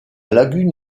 lagune